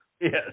Yes